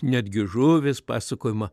netgi žuvys pasakojima